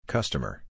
Customer